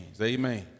Amen